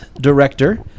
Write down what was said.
director